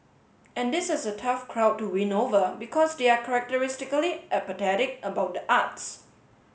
and this is a tough crowd to win over because they are characteristically apathetic about the arts